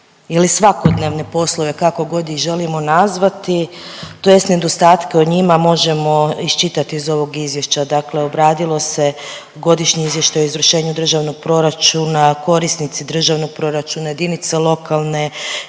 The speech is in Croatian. ili svakodnevne poslove, kako god ih želimo nazvati, tj. nedostatke o njima možemo iščitati iz ovog Izvješća. Dakle obradilo se godišnji izvještaj o izvršenju državnog proračuna, korisnici državnog proračuna, jedinice lokalne